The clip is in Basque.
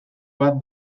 bat